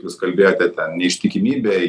jūs kalbėjote ten neištikimybė